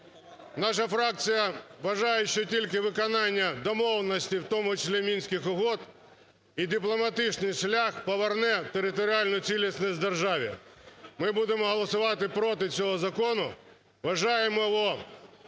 Наша фракція вважає, що тільки виконання домовленостей, в тому числі Мінських угод, і дипломатичний шлях поверне територіальну цілісність державі. Ми будемо голосувати проти цього закону. Вважаємо його